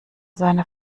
seine